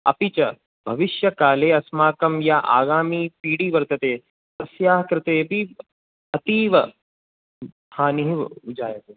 अपि च भविष्यकाले अस्माकं या आगामि पीडी वर्तते तस्याः कृतेऽपि अतीव हानिः जायते